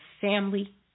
family